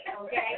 Okay